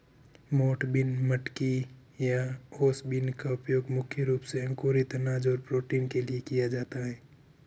मोठ बीन, मटकी या ओस बीन का उपयोग मुख्य रूप से अंकुरित अनाज और प्रोटीन के लिए किया जाता है